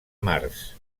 mars